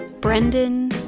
Brendan